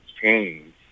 change